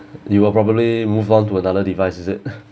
you will probably move on to another device is it